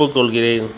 ஒப்புக்கொள்கிறேன்